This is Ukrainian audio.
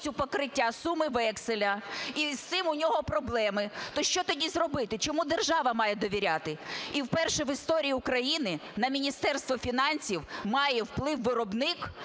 покриття суми векселя, і з цим у нього проблеми, то що тоді зробити? Чому держава має довіряти? І вперше в історії України на Міністерство фінансів має вплив виробник,